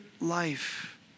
life